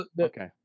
okay